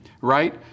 right